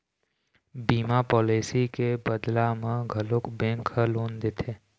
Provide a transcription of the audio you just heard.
बीमा पॉलिसी के बदला म घलोक बेंक ह लोन देथे